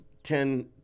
Ten